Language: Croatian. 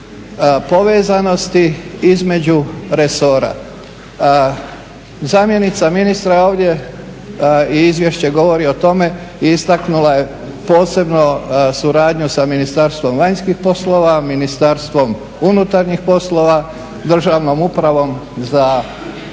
povezanosti između resora. Zamjenica ministra je ovdje i izvješće govori o tome istaknula je posebno suradnju sa Ministarstvom vanjskih poslova, Ministarstvom unutarnjih poslova, Državnom upravom za zaštitu